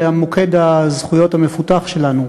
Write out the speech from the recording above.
למוקד הזכויות המפותח שלנו,